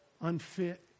unfit